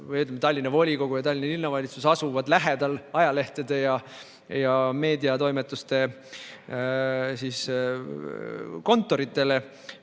Tallinna volikogu ja Tallinna Linnavalitsus asuvad lähedal ajalehtede ja meediatoimetuste kontoritele